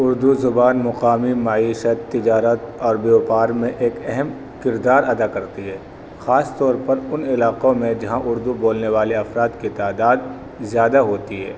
اردو زبان مقامی معیشت تجارت اور بیوپار میں ایک اہم کردار ادا کرتی ہے خاص طور پر ان علاقوں میں جہاں اردو بولنے والے افراد کی تعداد زیادہ ہوتی ہے